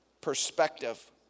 perspective